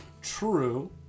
true